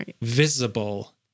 visible